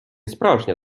справжня